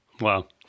Wow